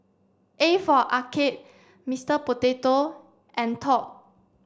a for Arcade Mister Potato and Top